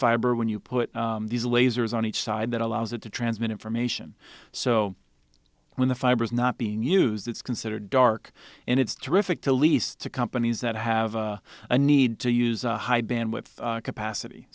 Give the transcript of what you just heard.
fiber when you put these lasers on each side that allows it to transmit information so when the fiber is not being used it's considered dark and it's terrific to lease to companies that have a need to use a high bandwidth capacity